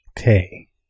Okay